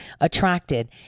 attracted